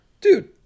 Dude